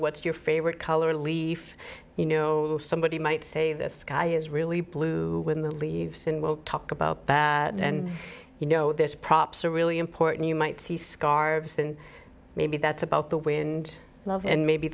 what's your favorite color leave you know somebody might say this guy is really blue in the leaves and we'll talk about you know this props are really important you might see scarves and maybe that's about the wind and maybe